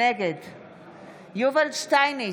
נגד יובל שטייניץ,